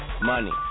money